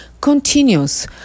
Continues